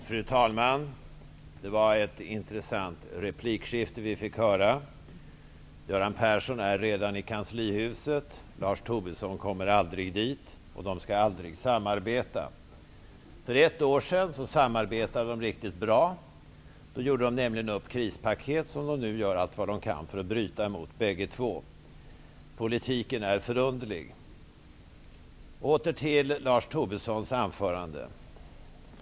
Fru talman! Det var ett intressant replikskifte som vi fick höra. Göran Persson är redan i kanslihuset. Lars Tobisson kommer aldrig dit. Och de skall aldrig samarbeta. För ett år sedan samarbetade de riktigt bra, då de gjorde upp om ett krispaket, en överenskommelse som bägge två nu gör allt vad de kan för att bryta emot. Politiken är förunderlig. Åter till Lars Tobissons anförande.